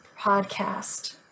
podcast